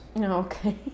Okay